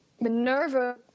Minerva